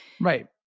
Right